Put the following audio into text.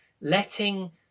letting